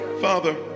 father